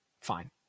fine